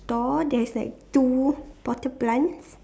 store there's like two potted plants